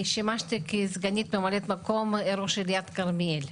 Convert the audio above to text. שימשתי כסגנית ממלאת מקום ראש עיריית כרמיאל.